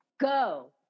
go